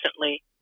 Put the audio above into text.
recently